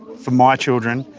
for my children,